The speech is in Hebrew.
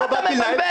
על מה אתה מדבר?